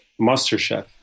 MasterChef